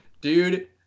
Dude